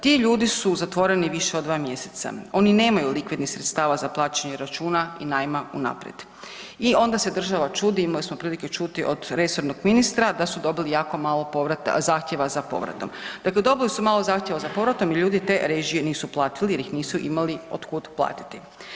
Ti ljudi su zatvoreni više od dva mjeseca, oni nemaju likvidnih sredstava za plaćanje računa i najma unaprijed i onda se država čudi, imali smo prilike čuti od resornog ministra da su dobili jako malo zahtjeva za povratom, dakle dobili su malo zahtjeva za povratom jer ljudi te režije nisu platili jer ih nisu imali od kud platiti.